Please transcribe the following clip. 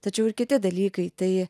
tačiau ir kiti dalykai tai